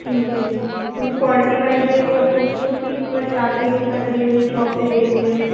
ਠੀਕ ਹੈ ਜੀ ਤੁਹਾਨੂੰ ਕੁਆਲਟੀ ਵਾਈਜ ਇਹ ਸਭ ਕੁਛ ਤੁਸੀਂ ਇੱਕ ਵਾਰੀ ਹੈ ਕੇ ਸਾਡੀ ਸ਼ੋਪ 'ਤੇ ਦੇਖ ਜਿਓ